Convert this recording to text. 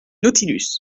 nautilus